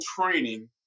training